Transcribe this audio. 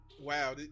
Wow